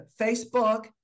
Facebook